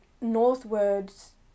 northwards